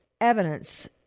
evidence